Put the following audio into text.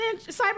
cyber